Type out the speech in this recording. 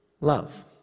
love